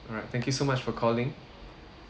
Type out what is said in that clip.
alright thank you so much for calling